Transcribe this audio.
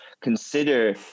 consider